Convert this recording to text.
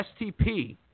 STP